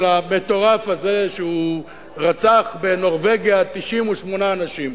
של המטורף הזה שרצח בנורבגיה 98 אנשים,